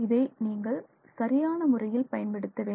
இதை நீங்கள் சரியான முறையில் பயன்படுத்த வேண்டும்